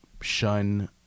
shun